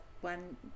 one